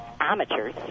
amateurs